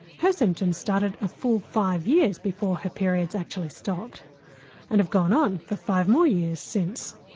her symptoms started a full five years before her periods actually stopped and have gone on for five more years since.